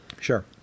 Sure